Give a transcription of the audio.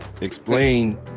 explain